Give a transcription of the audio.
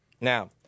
Now